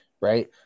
right